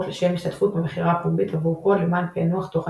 לשם השתתפות במכירה פומבית עבור קוד למען פיענוח תוכן